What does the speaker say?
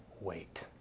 wait